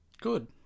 good